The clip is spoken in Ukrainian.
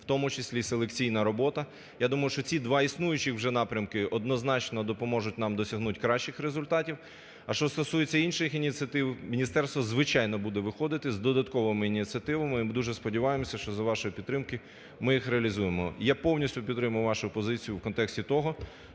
в тому числі селекційна робота. Я думаю, що ці два існуючих вже напрямки однозначно допоможуть нам досягнути кращих результатів. А що стосується інших ініціатив, міністерство звичайно буде виходити з додатковими ініціативами і ми дуже сподіваємося, що за вашої підтримки ми їх реалізуємо. Я повністю підтримую вашу позицію в контексті того,